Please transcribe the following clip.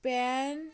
pan